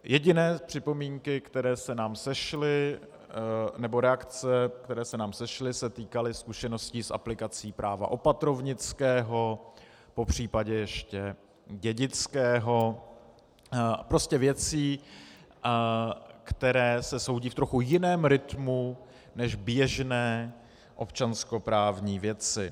Jediné připomínky, které se nám sešly, nebo reakce, které se nám sešly, se týkaly zkušeností s aplikací práva opatrovnického, popřípadě ještě dědického, prostě věcí, které se soudí v trochu jiném rytmu než běžné občanskoprávní věci.